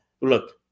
look